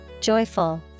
Joyful